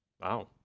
Wow